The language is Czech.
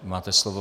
Máte slovo.